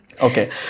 Okay